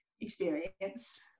experience